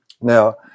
Now